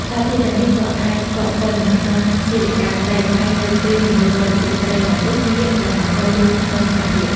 សារធាតុទាំងនេះក៏អាចកកកុញនៅក្នុងជាលិកាត្រី ហើយនៅពេលមនុស្សបរិភោគត្រីទាំងនោះ វានឹងបង្កគ្រោះថ្នាក់ដល់សុខភាព។